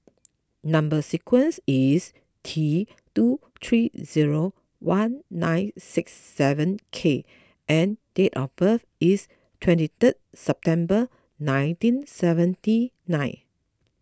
Number Sequence is T two three zero one nine six seven K and date of birth is twenty third September nineteen seventy nine